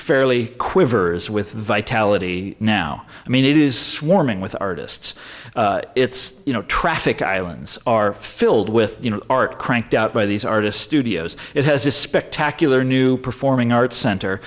fairly quivers with vitality now i mean it is swarming with artists it's you know traffic islands are filled with art cranked out by these artists studios it has this spectacular new performing arts center